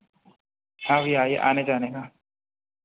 हाँ भैया यह आने जाने का